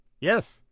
Yes